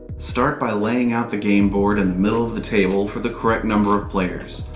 start by laying out the game board in the middle of the table for the correct number of players.